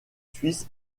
suisses